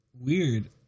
Weird